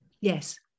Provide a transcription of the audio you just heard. Yes